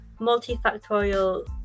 multifactorial